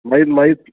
मागीर माई